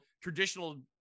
traditional